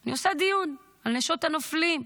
אני עושה דיון על נשות הנופלים,